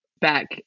back